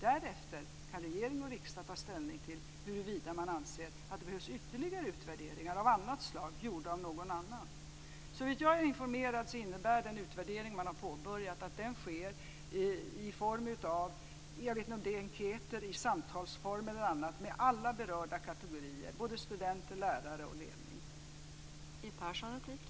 Därefter kan regering och riksdag ta ställning till huruvida man anser att det behövs ytterligare utvärderingar av annat slag, gjorda av någon annan. Såvitt jag är informerad innebär den utvärdering som har påbörjats att den sker i form av enkäter, samtal eller annat med alla berörda kategorier, såväl studenter som lärare och ledning.